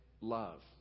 love